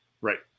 Right